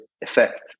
effect